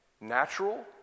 natural